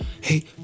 hey